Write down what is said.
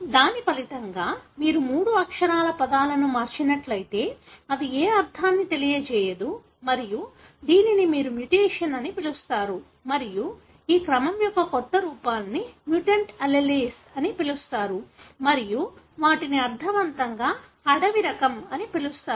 దాని ఫలితంగా మీరు మూడు అక్షరాల పదాలను మార్చినట్లయితే అది ఏ అర్థాన్ని తెలియజేయదు మరియు దీనిని మీరు మ్యూటేషన్స్ అని పిలుస్తారు మరియు ఈ క్రమం యొక్క కొత్త రూపాలను మ్యుటెంట్ alleles అని పిలుస్తారు మరియు వాటిని అర్థవంతం గా అడవి రకం అని పిలుస్తారు